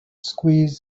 squeeze